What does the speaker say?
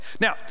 Now